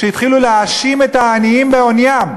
שהתחילו להאשים את העניים בעוניים.